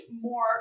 more